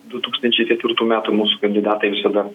du tūkstančiai ketvirtų metų mūsų kandidatai visada